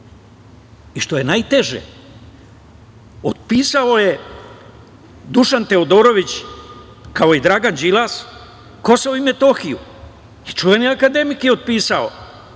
Što je najteže. otpisao je Dušan Teodorović, kao i Dragan Đilas, Kosovo i Metohiju. I čuveni akademik je otpisao